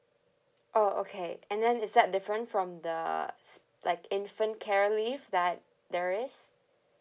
oh okay and then is that different from the s~ like infant care leave that there is